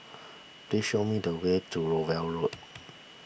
please show me the way to Rowell Road